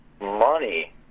money